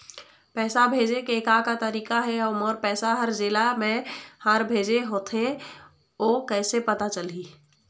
पैसा भेजे के का का तरीका हे अऊ मोर पैसा हर जेला मैं हर भेजे होथे ओ कैसे पता चलही?